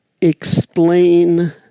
explain